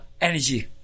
energy